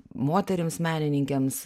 moterims menininkėms